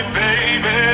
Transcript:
baby